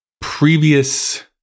previous